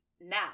now